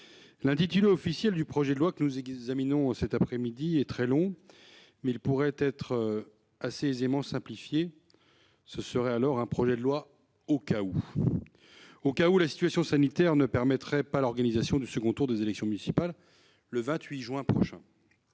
l'intitulé officiel du projet de loi que nous examinons aujourd'hui est très long, mais il pourrait être assez aisément simplifié : ce serait alors un projet de loi « au cas où »: au cas où la situation sanitaire ne permettrait pas l'organisation du second tour des élections municipales le 28 juin prochain